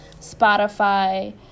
Spotify